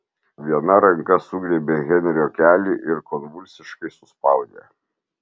viena ranka sugriebė henrio kelį ir konvulsiškai suspaudė